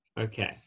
Okay